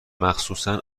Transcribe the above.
مخصوصن